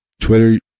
Twitter